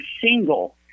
single